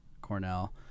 Cornell